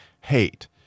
hate